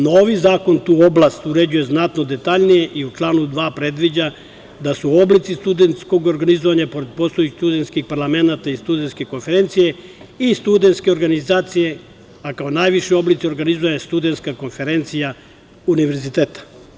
Novi zakon tu oblast uređuje znatno detaljnije i u članu 2. predviđa da su oblici studentskog organizovanja, pored postojećih studentskih parlamenata i studentske konferencije i studentske organizacije, a kao najviši oblici organizovanja Studentska konferencija univerziteta.